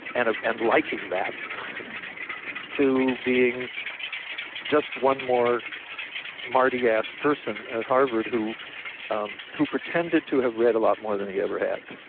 and ah and liking that to being just one more smarty ass person at harvard who um who pretended to have read a lot more than he ever had.